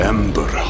Ember